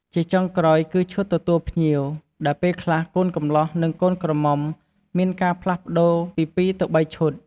ជាចុងក្រោយ គឺឈុតទទួលភ្ញៀវ ដែលពេលខ្លះកូនកំលោះនិងកូនក្រមុំមានការផ្លាស់ប្តូរពី ពីរទៅបីឈុត។